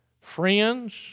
friends